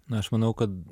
na aš manau kad